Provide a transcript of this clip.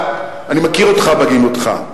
אני מכיר אותך בהגינותך.